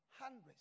hundreds